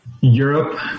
Europe